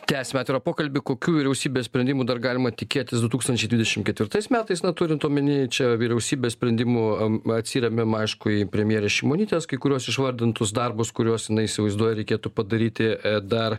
tęsiame pokalbį kokių vyriausybės sprendimų dar galima tikėtis du tūkstančiai dvidešimt ketvirtais metais na turint omeny vyriausybės sprendimų atsiremiam aišku į premjerės šimonytės kai kuriuos išvardintus darbus kuriuos jinai įsivaizduoja reikėtų padaryti dar